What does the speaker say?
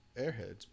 Airheads